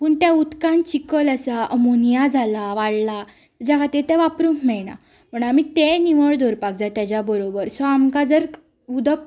पूण त्या उदकान चिकल आसा अमोनिया जाला वाडला तेज्या खातीर तें वापरूंक मेयणा म्हणोन आमी तेंय निवळ दवरपाक जाय तेज्या बरोबर सो आमकां जर उदक